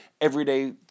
everyday